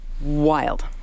wild